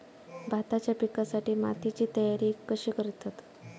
भाताच्या पिकासाठी मातीची तयारी कशी करतत?